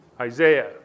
Isaiah